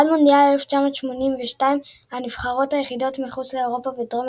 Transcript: עד מונדיאל 1982 הנבחרות היחידות מחוץ לאירופה ודרום